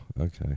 okay